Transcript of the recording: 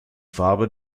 farbe